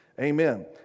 Amen